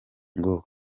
ngo